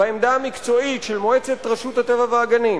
בעמדה המקצועית של מועצת רשות הטבע והגנים.